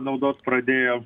naudot pradėjom